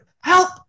help